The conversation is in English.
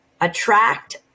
attract